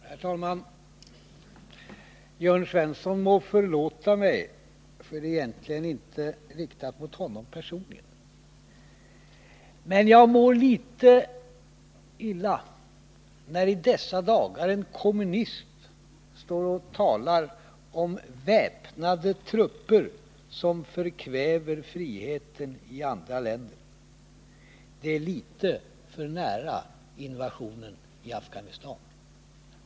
Herr talman! Jörn Svensson må förlåta mig men egentligen riktar jag mig inte mot honom personligen. Jag mår litet illa när i dessa dagar en kommunist står upp och talar om väpnade trupper som förkväver friheten i andra länder. Det är litet för nära invasionen i Afganistan.